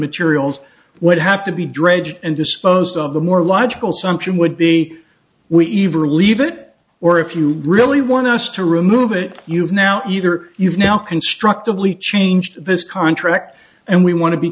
materials would have to be dredged and disposed of the more logical sanction would be we even relieve it or if you really want us to remove it you've now either you've now constructively changed this contract and we want to be